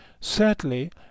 Sadly